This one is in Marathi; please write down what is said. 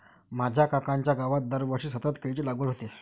माझ्या काकांच्या गावात दरवर्षी सतत केळीची लागवड होते